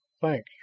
thanks